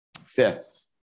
Fifth